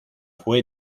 fue